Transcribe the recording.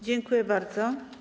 Dziękuję bardzo.